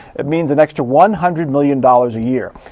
it means an extra one hundred million dollars a year.